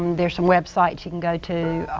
there are some websites you can go to,